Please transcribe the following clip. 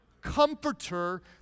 comforter